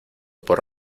por